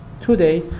today